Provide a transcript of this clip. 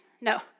No